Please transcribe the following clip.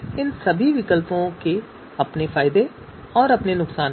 इन सभी विकल्पों के अपने फायदे और नुकसान हैं